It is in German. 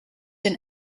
den